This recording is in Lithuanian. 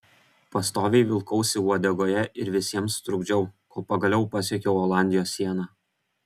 pastoviai vilkausi uodegoje ir visiems trukdžiau kol pagaliau pasiekiau olandijos sieną